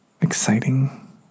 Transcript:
exciting